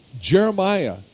Jeremiah